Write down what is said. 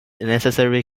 necessarily